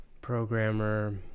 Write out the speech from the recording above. programmer